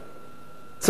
צפת,